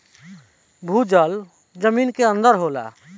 भूजल जमीन के अंदर होला